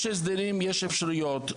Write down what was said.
יש הסדרים ויש אפשרויות.